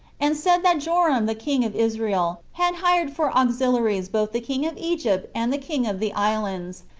and said that joram the king of israel had hired for auxiliaries both the king of egypt and the king of the islands,